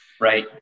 Right